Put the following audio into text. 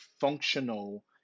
functional